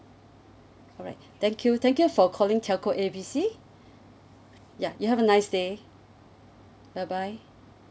alright thank you thank you for calling telco A B C ya you have nice day bye bye